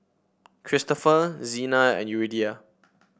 Christopher Zina and Yuridia